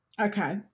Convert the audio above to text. Okay